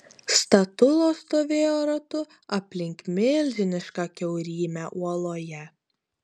statulos stovėjo ratu aplink milžinišką kiaurymę uoloje